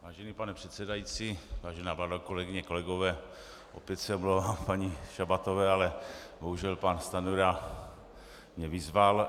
Vážený pane předsedající, vážená vládo, kolegyně, kolegové, opět se omlouvám paní Šabatové, ale bohužel pan Stanjura mě vyzval.